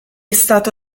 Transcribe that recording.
stato